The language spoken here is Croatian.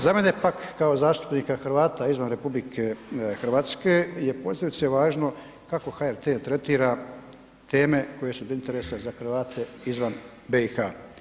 Za mene pak kao zastupnika Hrvata izvan RH je posebice važno kako HRT tretira teme koje su od interesa za Hrvate izvan BiH.